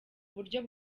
uburyo